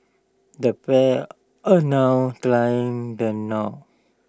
the pair are now tying the knot